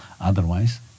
Otherwise